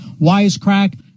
Wisecrack